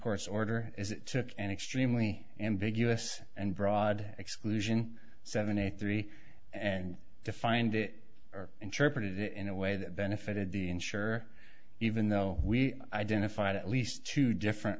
court's order is it took an extremely ambiguous and broad exclusion seventy three and defined it or interpreted it in a way that benefits the insurer even though we identified at least two different